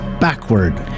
backward